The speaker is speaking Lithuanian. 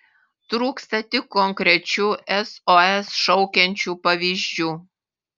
trūkstą tik konkrečių sos šaukiančių pavyzdžių